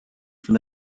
from